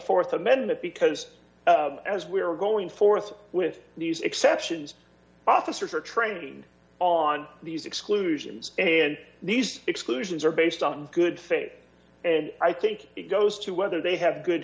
th amendment because as we were going forth with these exceptions officers are trained on these exclusions and these exclusions are based on good faith and i think it goes to whether they have good